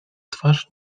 twarz